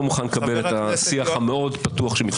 מוכן לקבל את השיח המאוד פתוח שמתנהל כאן.